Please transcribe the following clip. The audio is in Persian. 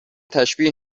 تشبیه